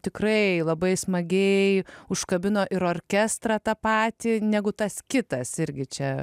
tikrai labai smagiai užkabino ir orkestrą tą patį negu tas kitas irgi čia